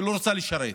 היא לא רוצה לשרת,